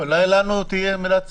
אולי לנו תהיה מילת סיכום?